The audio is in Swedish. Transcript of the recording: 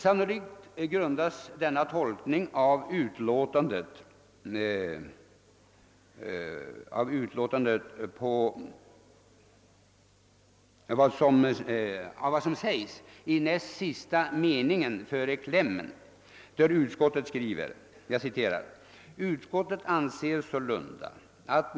Sannolikt grundas denna tolkning av utlåtandet på vad som sägs i näst sista meningen före klämmen, där utskottet skrivit: »Utskottet anser sålunda att.